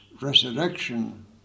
resurrection